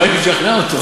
לא הייתי משכנע אותו.